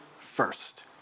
first